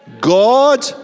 God